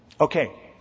Okay